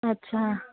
ਅੱਛਾ